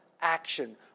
action